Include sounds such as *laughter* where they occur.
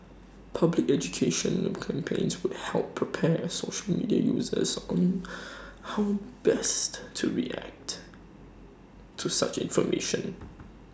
public education campaigns would help prepare social media users on *noise* how best to react to such information